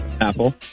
Apple